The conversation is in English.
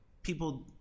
people